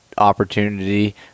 opportunity